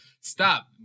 Stop